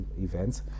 events